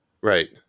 Right